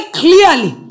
clearly